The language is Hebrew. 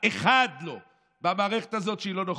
אחד, אחד לא במערכת הזאת שהיא לא נוכלות.